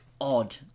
odd